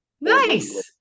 Nice